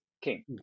king